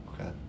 Okay